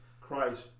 Christ